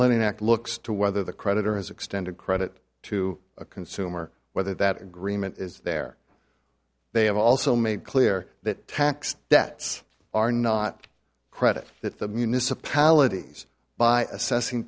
lending act looks to whether the creditor has extended credit to a consumer whether that agreement is there they have also made clear that tax debts are not credit that the municipalities by assessing